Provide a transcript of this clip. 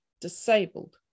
disabled